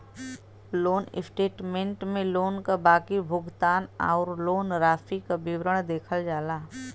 loan statement में loan क बाकी भुगतान आउर लोन राशि क विवरण देखल जाला